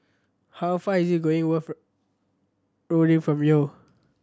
how far is going Worth Rolling from here